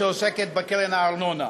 שעוסקת בקרן הארנונה.